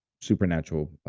supernatural